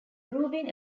rubin